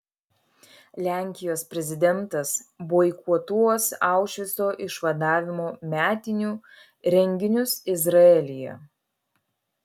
lenkijos prezidentas boikotuos aušvico išvadavimo metinių renginius izraelyje